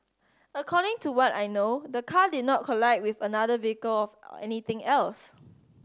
according to what I know the car did not collide with another vehicle or anything else